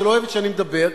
שלא אוהבת שאני מדבר,